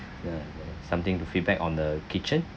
ya something to feedback on the kitchen